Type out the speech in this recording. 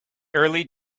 early